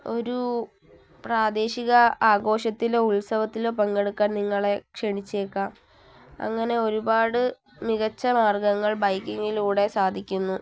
ഒരു പ്രാദേശിക ആഘോഷത്തിലോ ഉത്സവത്തിലോ പങ്കെടുക്കാൻ നിങ്ങളെ ക്ഷണിച്ചേക്കാം അങ്ങനെ ഒരുപാട് മികച്ച മാർഗ്ഗങ്ങൾ ബൈക്കിങ്ങിലൂടെ സാധിക്കുന്നു